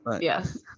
yes